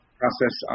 process